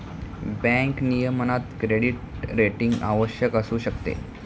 bank नियमनात credit rating आवश्यक असू शकते